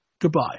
goodbye